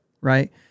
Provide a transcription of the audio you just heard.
right